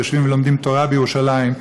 היושבים ולומדים תורה בירושלים,